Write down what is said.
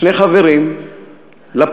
שני חברים לפלוגה,